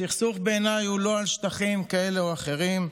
בעיניי, הסכסוך הוא לא על שטחים כאלה או אחרים,